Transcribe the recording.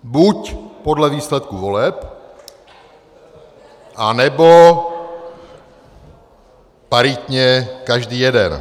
Buď podle výsledků voleb, anebo paritně, každý jeden.